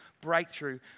breakthrough